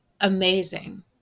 amazing